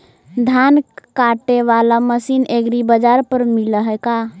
धान काटे बाला मशीन एग्रीबाजार पर मिल है का?